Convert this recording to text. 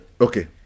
okay